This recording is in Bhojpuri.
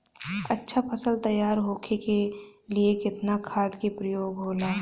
अच्छा फसल तैयार होके के लिए कितना खाद के प्रयोग होला?